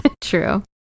True